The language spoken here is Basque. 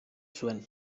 zuen